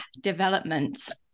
developments